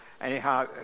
anyhow